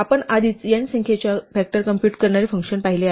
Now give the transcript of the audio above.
आपण आधीच n संख्येच्या फॅक्टर कॉम्पूट करणारे फंक्शन पाहिले आहे